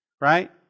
Right